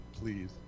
Please